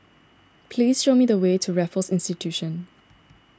please show me the way to Raffles Institution